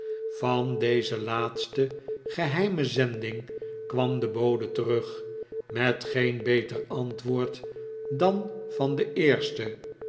van deze laatste geheime zending kwam de bode terug met geen beter antwoord dan van de eerste